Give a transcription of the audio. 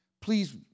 please